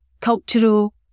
cultural